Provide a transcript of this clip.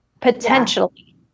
potentially